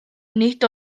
nid